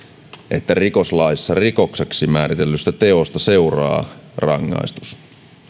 että rikoslaissa rikokseksi määritellystä teosta seuraa rangaistus